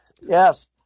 Yes